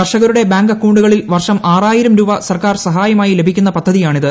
കർഷകരുടെ ബാങ്ക് അക്കൌണ്ടുകളിൽ വർഷം ആറായിരം രൂപ സർക്കാർ സഹായമായി ലഭിക്കുന്ന പദ്ധതിയാണിത്